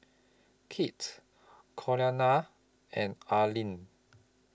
Kit Cordelia and Areli